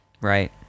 right